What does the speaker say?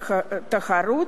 התחרות,